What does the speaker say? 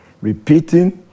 repeating